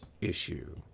...issue